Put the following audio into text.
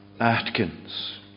Atkins